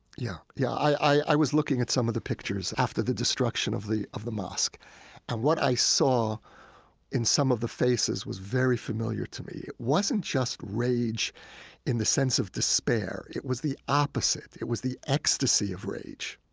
yeah, yeah i i was looking at some of the pictures after the destruction of the of the mosque and what i saw in some of the faces was very familiar to me. it wasn't just rage in the sense of despair. it was the opposite it was the ecstasy of rage.